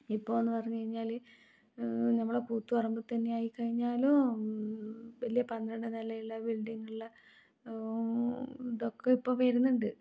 ഇപ്പോളെന്ന് പറഞ്ഞ് കഴിഞ്ഞാൽ നമ്മളെ കൂത്തുപറമ്പിൽത്തന്നെ ആയിക്കഴിഞ്ഞാലും വലിയ പന്ത്രണ്ടാം നിലയുള്ള ബിൽഡിംഗ് ഉള്ള ഇതൊക്കെ ഇപ്പോൾ വരുന്നുണ്ട്